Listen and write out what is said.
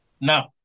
Now